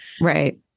Right